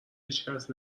هیچکس